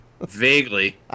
Vaguely